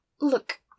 look